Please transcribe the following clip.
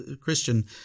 Christian